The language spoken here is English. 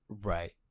Right